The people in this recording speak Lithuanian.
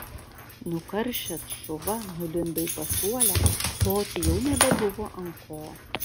nukaršęs šuva nulindo į pasuolę loti jau nebebuvo ant ko